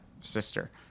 sister